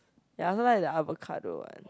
ya I also like the avocado one